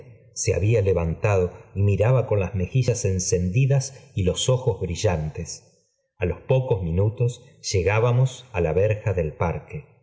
se había levantado y miraba con las mejillas encendidas y los ojos brillantes a los pocos minutos llegábamos á la verja del parque